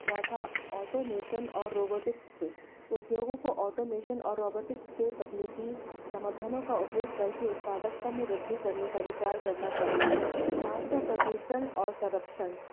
चौथा ऑटोमेशन और रोबोटिक्स उद्योगों को ऑटोमेशन और रोबोटिक्स के तकनीकी समाधानों का उपयोग करके उत्पादकता में वृद्धि करने का विचार करना चाहिए पाचवाँ प्रदूषण और संरक्षण